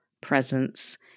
presence